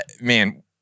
Man